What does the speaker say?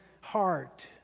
heart